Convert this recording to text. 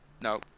No